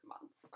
months